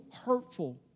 hurtful